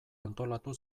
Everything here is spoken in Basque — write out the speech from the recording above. antolatu